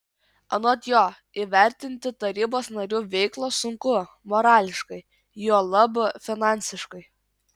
anot jo įvertinti tarybos narių veiklą sunku morališkai juolab finansiškai